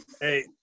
Hey